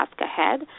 ahead